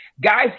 Guys